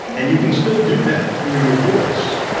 and you can still do that through your voice.